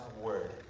Word